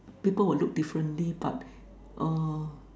people will look differently but err